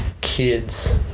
Kids